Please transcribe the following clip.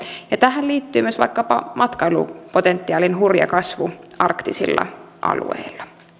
ja tähän liittyy myös vaikkapa matkailupotentiaalin hurja kasvu arktisilla alueilla